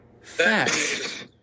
Facts